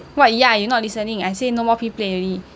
what ya you not listening I say no more P plate already